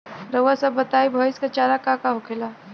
रउआ सभ बताई भईस क चारा का का होखेला?